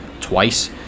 Twice